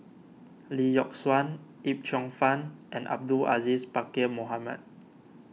Lee Yock Suan Yip Cheong Fun and Abdul Aziz Pakkeer Mohamed